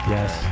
Yes